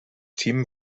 team